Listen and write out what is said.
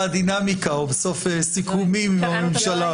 הדינמיקה ובסוף סיכומים עם הממשלה.